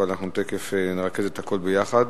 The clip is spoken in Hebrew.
אבל אנחנו תיכף נרכז את הכול ביחד,